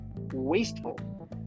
wasteful